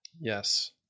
Yes